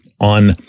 on